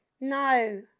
No